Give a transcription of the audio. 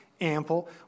ample